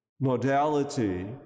modality